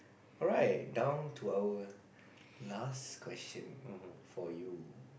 alright down to our last question for you